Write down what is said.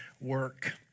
work